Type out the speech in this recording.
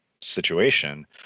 situation